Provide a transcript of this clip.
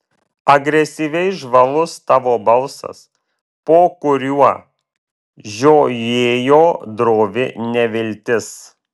agresyviai žvalus tavo balsas po kuriuo žiojėjo drovi neviltis